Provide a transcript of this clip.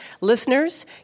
Listeners